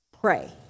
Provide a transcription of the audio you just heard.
pray